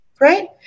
right